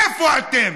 איפה אתם?